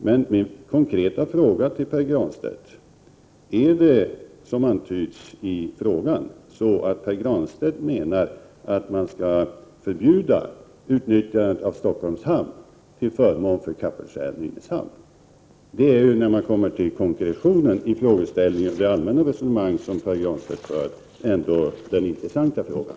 Min konkreta fråga till Pär Granstedt är: Menar Pär Granstedt, så som antyds i frågan, att man skall förbjuda utnyttjandet av Stockholms hamn till förmån för Kapellskär och Nynäshamn? Det är ju, när man kommer till den konkreta frågeställningen i det allmänna resonemang Pär Granstedt för, den intressanta frågan.